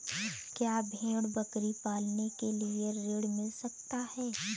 क्या भेड़ बकरी पालने के लिए ऋण मिल सकता है?